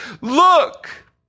Look